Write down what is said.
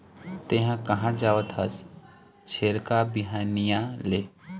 तेंहा कहाँ जावत हस छेरका, बिहनिया ले?